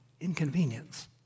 inconvenience